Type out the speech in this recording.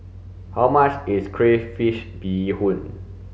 how much is crayfish beehoon